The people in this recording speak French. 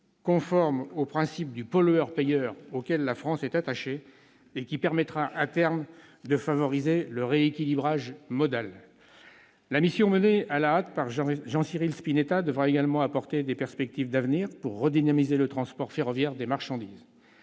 conformes au principe « pollueur-payeur », auquel la France est attachée et qui permettra, à terme, de favoriser le rééquilibrage modal. La mission menée, à la hâte, par Jean-Cyril Spinetta devra également apporter des perspectives d'avenir pour redynamiser le transport ferroviaire de marchandises.